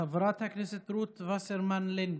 חברת הכנסת רות וסרמן לנדה,